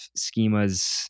schemas